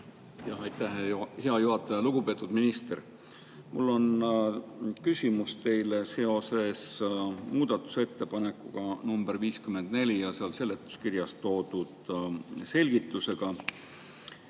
Aitäh, hea juhataja! Lugupeetud minister! Mul on küsimus teile seoses muudatusettepanekuga nr 54 ja seletuskirjas toodud selgitusega.